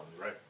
right